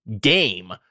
game